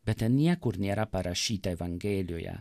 bet ten niekur nėra parašyta evangelijoje